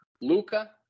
Luca